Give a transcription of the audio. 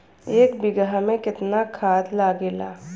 एक बिगहा में केतना खाद लागेला?